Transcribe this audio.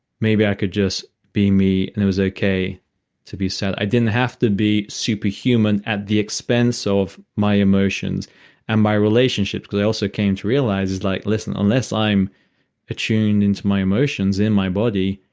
maybe i could just be me and it was okay to be sad. i didn't have to be super human at the expense so of my emotions and my relationships because i also came to realize, like listen, unless i'm attuned into my emotions and my body,